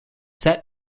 set